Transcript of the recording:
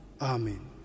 Amen